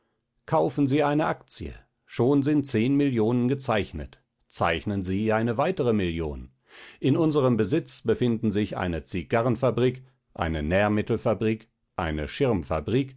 kaufen sie eine aktie schon sind zehn millionen gezeichnet zeichnen sie eine weitere million in unserem besitz befinden sich eine zigarrenfabrik eine nährmittelfabrik eine